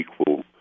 equal